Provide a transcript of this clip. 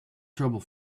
trouble